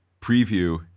preview